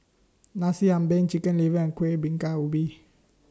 Nasi Ambeng Chicken Liver and Kuih Bingka Ubi